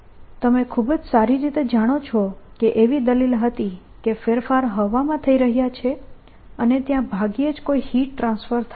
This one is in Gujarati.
તમે ખૂબ જ સારી રીતે જાણો છો કે એવી દલીલ હતી કે ફેરફાર હવામાં થઈ રહયા છે અને ત્યાં ભાગ્યે જ કોઈ હીટ ટ્રાન્સફર થાય છે